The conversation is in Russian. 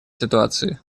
ситуации